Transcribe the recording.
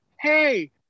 Hey